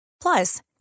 Plus